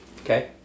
Okay